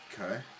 Okay